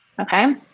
Okay